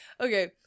Okay